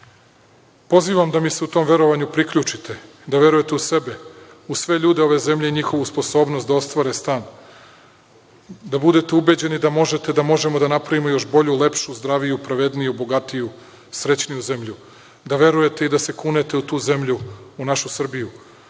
da mi se u tom verovanju priključite, da verujte u sebe, u sve ljude ove zemlje i njihovu sposobnost da ostvare san. Da budete ubeđeni da možemo da napravimo još bolju, lepšu, zdraviju, pravedniju, bogatiju, srećniju zemlju. Da verujte i da se kunete u tu zemlju, u našu Srbiju.